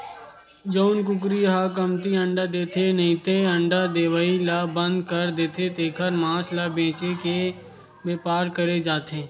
जउन कुकरी ह कमती अंडा देथे नइते अंडा देवई ल बंद कर देथे तेखर मांस ल बेचे के बेपार करे जाथे